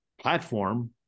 platform